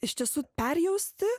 iš tiesų perjausti